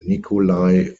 nikolai